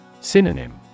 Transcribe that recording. Synonym